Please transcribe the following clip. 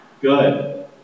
Good